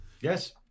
Yes